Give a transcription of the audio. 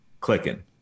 clicking